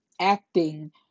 acting